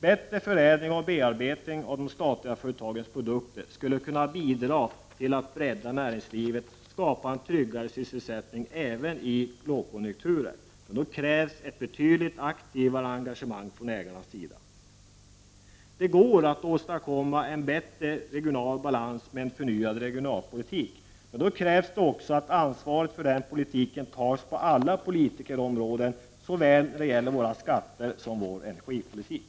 Bättre förädling och bearbetning av de statliga företagens produkter skulle kunna bidra till att bredda näringslivet och skapa en tryggare sysselsättning även i lågkonjunkturer, men då krävs ett betydligt aktivare engagemang från ägarnas sida. Det går att åstadkomma en bättre regional balans med en förnyad regionalpolitik, men då krävs det också att ansvaret för den politiken tas på alla politikerområden, såväl när det gäller våra skatter som när det gäller vår energipolitik.